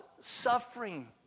suffering